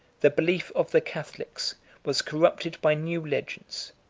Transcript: the belief of the catholics was corrupted by new legends,